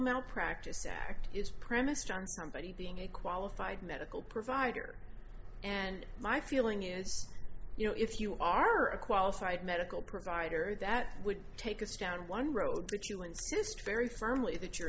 malpractise act is premised on somebody being a qualified medical provider and my feeling is you know if you are a qualified medical provider that would take us down one road but you insist very firmly that you're